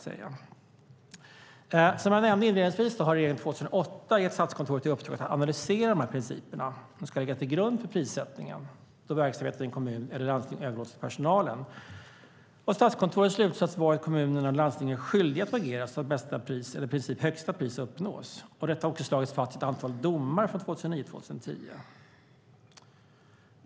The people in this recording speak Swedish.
Som jag nämnde inledningsvis har regeringen 2008 gett Statskontoret i uppdrag att analysera de principer som ska ligga till grund för prissättningen då verksamheter i en kommun eller ett landsting överlåts till personalen. Statskontorets slutsats var att kommunerna och landstingen är skyldiga att agera så att bästa pris, eller i princip högsta pris, uppnås. Detta har också slagits fast i ett antal domar från 2009 och 2010.